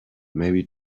maybe